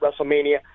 wrestlemania